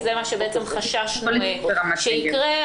זה מה שחששנו שיקרה,